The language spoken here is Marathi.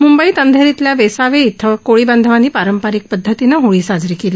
मुंबईत अंधेरीतल्या वेसावे इथं कोळी बांधवांनी पारंपरिक पदधतीनं होळी साजरी केली